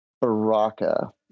Baraka